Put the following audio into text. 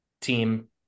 team